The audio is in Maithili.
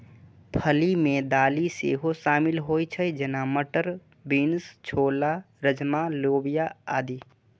फली मे दालि सेहो शामिल होइ छै, जेना, मटर, बीन्स, छोला, राजमा, लोबिया आदि